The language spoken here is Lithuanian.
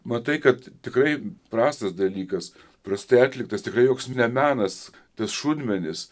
matai kad tikrai prastas dalykas prastai atliktas tikrai joks menas tas šunmenis